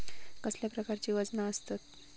कसल्या प्रकारची वजना आसतत?